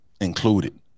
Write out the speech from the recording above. included